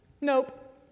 Nope